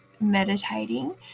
meditating